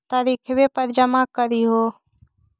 तरिखवे पर जमा करहिओ?